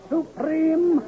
Supreme